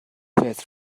فطر